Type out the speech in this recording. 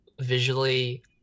visually